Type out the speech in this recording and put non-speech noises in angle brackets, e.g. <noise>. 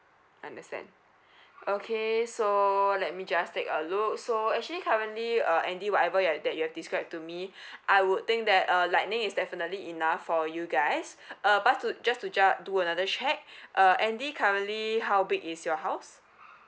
understand <breath> okay so let me just take a look so actually currently uh andy whatever you are that you've describe to me <breath> I would think that uh lightning is definitely enough for you guys <breath> uh but to just to just do another check <breath> uh andy currently how big is your house